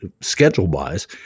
schedule-wise